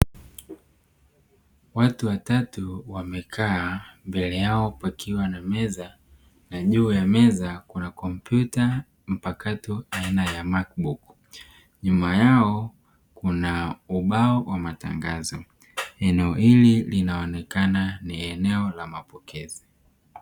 Watu watatu wamekaa mbele yao kukiwa na meza na juu ya meza kuna kompyuta mpakato aina ya "Mac book" nyuma yao kuna ubao wa matangazo, eneo hili linaonekana ni eneo la mapokezi.